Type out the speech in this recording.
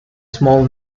small